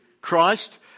Christ